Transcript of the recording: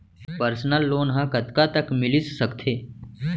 Personal loan ह कतका तक मिलिस सकथे?